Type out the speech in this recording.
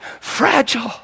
fragile